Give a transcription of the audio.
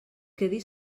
quedi